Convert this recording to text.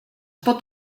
pot